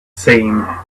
same